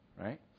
Right